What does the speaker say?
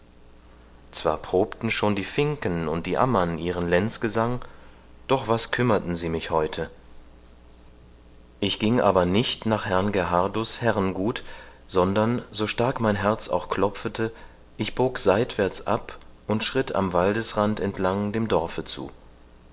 zwar probten schon die finken und die ammern ihren lenzgesang doch was kümmerten sie mich heute ich ging aber nicht nach herrn gerhardus herrengut sondern so stark mein herz auch klopfete ich bog seitwärts ab und schritt am waldesrand entlang dem dorfe zu